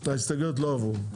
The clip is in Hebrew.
ההסתייגויות לא עברו.